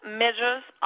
measures